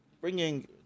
bringing